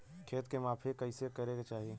खेत के माफ़ी कईसे करें के चाही?